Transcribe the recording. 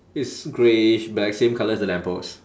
it's greyish black same colour as the lamp post